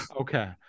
Okay